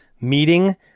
meeting